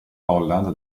holland